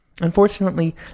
Unfortunately